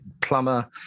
plumber